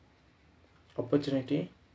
opportunity